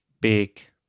big